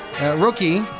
rookie